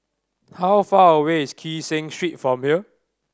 how far away is Kee Seng Street from here